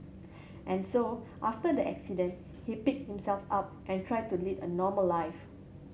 and so after the accident he picked himself up and tried to lead a normal life